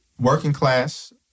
working-class